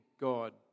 God